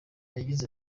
yagize